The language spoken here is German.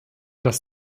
dass